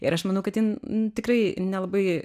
ir aš manau kad jin tikrai nelabai